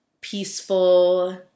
peaceful